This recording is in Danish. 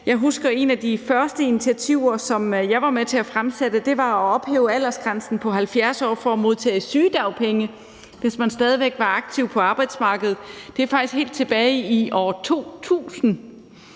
kan huske, at et af de første initiativer, som jeg var med til at fremsætte, var at ophæve aldersgrænsen på 70 år for at modtage sygedagpenge, hvis man stadig var aktiv på arbejdsmarkedet. Det var faktisk helt tilbage i år 2000.